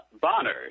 Bonner